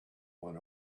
went